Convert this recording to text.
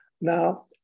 Now